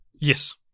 yes